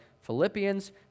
Philippians